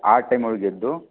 ಆ ಟೈಮೊಳ್ಗೆ ಎದ್ದು